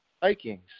Vikings